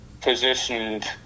positioned